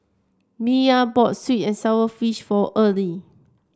Miya bought sweet and sour fish for Earle